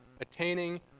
attaining